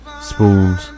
spoons